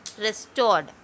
restored